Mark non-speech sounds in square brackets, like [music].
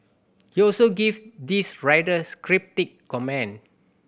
he also gave this rather [unintelligible] cryptic comment